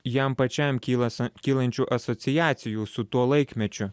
jam pačiam kyla kylančių asociacijų su tuo laikmečiu